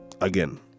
again